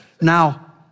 Now